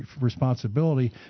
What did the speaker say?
responsibility